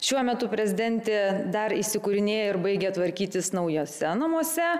šiuo metu prezidentė dar įsikūrinėja ir baigia tvarkytis naujuose namuose